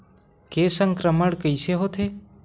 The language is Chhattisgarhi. के संक्रमण कइसे होथे?